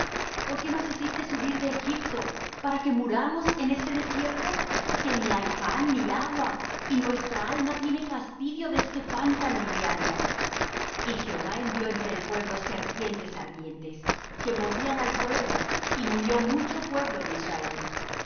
por qué nos hiciste subir de egipto para que muramos en este desierto que ni hay pan ni agua y nuestra alma tiene fastidio de este pan tan liviano y jehová envió entre el pueblo serpientes ardientes que mordían al pueblo y murió mucho pueblo de israel